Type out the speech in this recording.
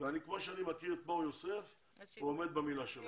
וכמו שאני מכיר את מור יוסף, הוא עומד במילה שלו.